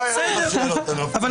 אני